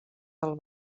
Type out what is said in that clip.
del